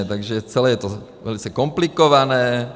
Takže celé je to velice komplikované.